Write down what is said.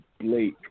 Blake